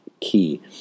key